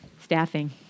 staffing